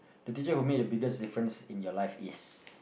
the teacher who make the biggest different in your life is